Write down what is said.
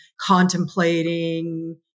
contemplating